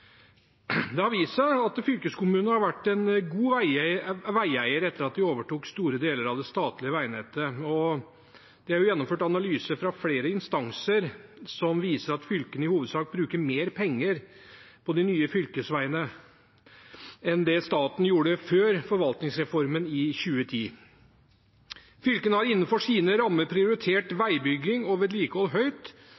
Det har vist seg at fylkeskommunene har vært gode veieiere etter at de overtok store deler av det statlige veinettet, og det har fra flere instanser vært gjennomført analyser som viser at fylkene i hovedsak bruker mer penger på de nye fylkesveiene enn det staten gjorde før forvaltningsreformen i 2010. Fylkene har innenfor sine rammer prioritert